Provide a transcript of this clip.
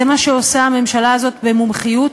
זה מה שעושה הממשלה הזאת במומחיות,